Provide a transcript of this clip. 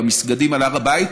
במסגדים על הר הבית,